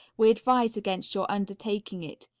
we advise against your undertaking it.